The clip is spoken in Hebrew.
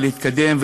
להתקדם,